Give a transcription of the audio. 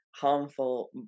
harmful